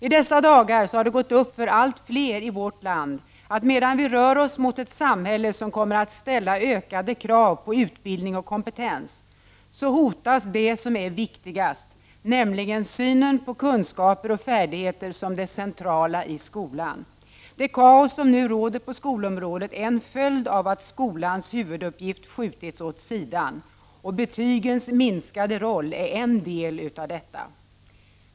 I dessa dagar har det gått upp för allt fler i vårt land att medan vi rör oss mot ett samhälle som kommer att ställa ökade krav på utbildning och kompetens, så hotas det som är viktigast, nämligen synen på kunskaper och färdigheter som det centrala i skolan. Det kaos som nu råder på skolområdet är en följd av att skolans huvuduppgift skjutits åt sidan. Betygens minskade roll är en del av detta.